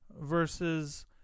versus